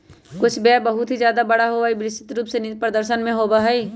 कुछ व्यय बहुत ही ज्यादा बड़ा और विस्तृत रूप में निवेश प्रदर्शन के समान होबा हई